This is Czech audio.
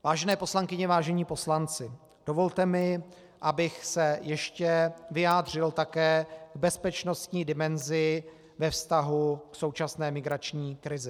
Vážené poslankyně, vážení poslanci, dovolte mi, abych se ještě vyjádřil také k bezpečnostní dimenzi ve vztahu k současné migrační krizi.